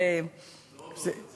זה עוד לא.